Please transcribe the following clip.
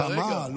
התאמה,